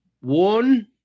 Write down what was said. One